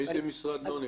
איזה משרד לא נכנס?